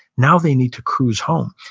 now they need to cruise home.